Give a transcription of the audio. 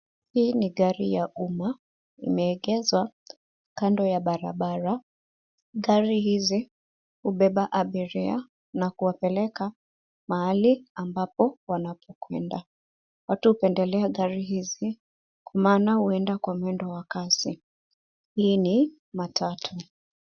Hii ni gari ya umma. Imeegeshwa kando ya barabara. Gari hizi hubeba abiria na kuwapeleka mahali ambapo wanapokwenda. Watu hupendelea gari hizi kwa maana huenda kwa mwendo wa kasi. Hii ni matatu.